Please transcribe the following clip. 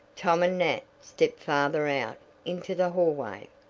tom and nat stepped farther out into the hallway.